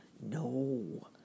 No